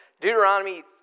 Deuteronomy